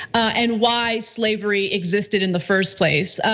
and why slavery existed in the first place.